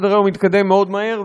סדר-היום התקדם מאוד מהר,